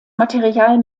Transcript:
material